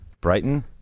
Brighton